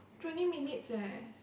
twenty minutes eh